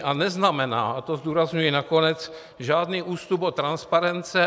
A neznamená, to zdůrazňuji nakonec, žádný ústup od transparence.